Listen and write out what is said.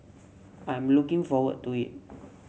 I'm looking forward to it